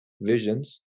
visions